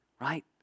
Right